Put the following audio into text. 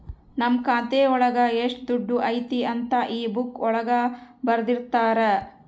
ನಮ್ ಖಾತೆ ಒಳಗ ಎಷ್ಟ್ ದುಡ್ಡು ಐತಿ ಅಂತ ಈ ಬುಕ್ಕಾ ಒಳಗ ಬರ್ದಿರ್ತರ